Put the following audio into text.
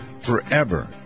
forever